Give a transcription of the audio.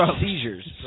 Seizures